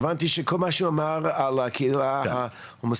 הבנתי שכל מה שהוא אמר על הקהילה ההומוסקסואלית